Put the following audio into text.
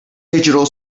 digital